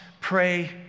pray